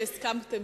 שהסכמתם,